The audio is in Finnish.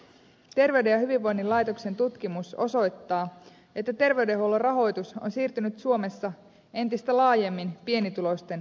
terveyden ja hyvinvoinnin laitoksen tutkimus osoittaa että terveydenhuollon rahoitus on siirtynyt suomessa entistä laajemmin pienituloisten kannettavaksi